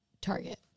Target